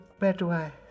Bedway